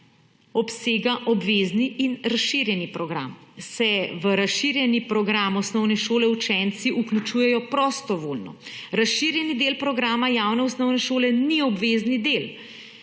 obsega obvezni in razširjeni program, v razširjeni program osnovne šole se učenci vključujejo prostovoljno, razširjeni del programa javne osnovne šole ni obvezni del